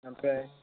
ओमफ्राय